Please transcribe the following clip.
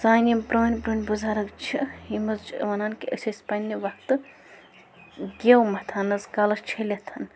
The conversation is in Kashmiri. سانہِ یِم پرٛٲنۍ پرٛٲنۍ بُزَرگ چھِ یِم حظ چھِ وَنان کہِ أسۍ ٲسۍ پنٛنہِ وقتہٕ گٮ۪و مَتھان حظ کَلَس چھٔلِتھ